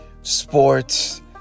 sports